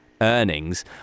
earnings